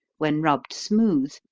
when rubbed smooth,